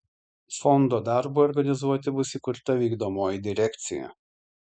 fondo darbui organizuoti bus įkurta vykdomoji direkcija